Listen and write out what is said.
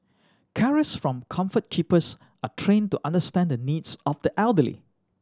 carers from Comfort Keepers are trained to understand the needs of the elderly